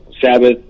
Sabbath